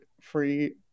free